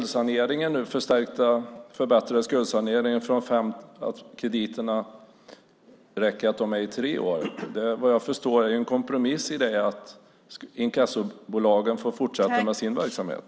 Den förbättrade skuldsaneringen där det räcker med krediter i tre år är vad jag förstår en kompromiss där inkassobolagen får fortsätta med sin verksamhet.